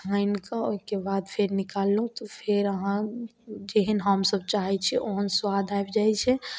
छानिकऽ ओइके बाद फेर निकाललहुँ तऽ फेर अहाँ जेहन हमसब चाहय छियै ओहन स्वाद आबि जाइ छै